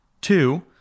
Two